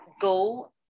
go